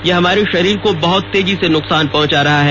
यह हमारे शरीर को बहुत तेजी से नुकसान पहुंचा रहा है